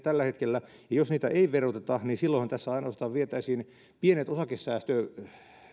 tällä hetkellä ja jos niitä ei veroteta niin silloinhan tässä ainoastaan vietäisiin pienet